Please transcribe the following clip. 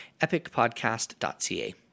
epicpodcast.ca